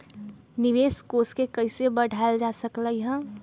निवेश कोष के कइसे बढ़ाएल जा सकलई ह?